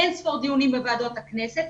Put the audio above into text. אין ספור דיונים בוועדות הכנסת,